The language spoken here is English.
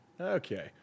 Okay